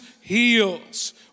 heals